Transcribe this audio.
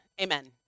Amen